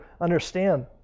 understand